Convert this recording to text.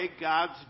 God's